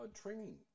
training